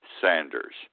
Sanders